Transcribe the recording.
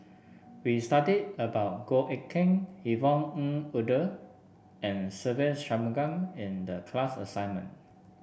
we studied about Goh Eck Kheng Yvonne Ng Uhde and Se Ve Shanmugam in the class assignment